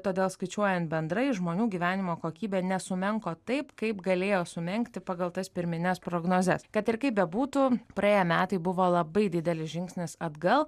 todėl skaičiuojant bendrai žmonių gyvenimo kokybė nesumenko taip kaip galėjo sumenkti pagal tas pirmines prognozes kad ir kaip bebūtų praėję metai buvo labai didelis žingsnis atgal